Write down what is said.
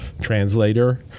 Translator